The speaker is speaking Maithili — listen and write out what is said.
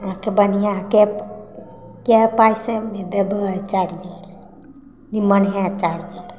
अहाँके बढ़िऑं के कए पैसेमे देबै चार्जर निम्मन है चार्जर